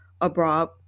abroad